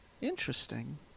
interesting